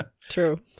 true